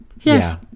yes